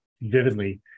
vividly